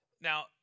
Now